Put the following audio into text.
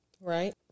Right